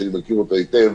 שאני מכיר אותו היטב,